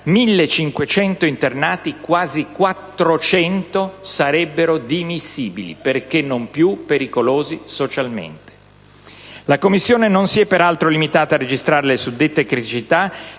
1.500 internati, quasi 400 sarebbero dimissibili perché non più pericolosi socialmente. La Commissione non si è peraltro limitata a registrare le suddette criticità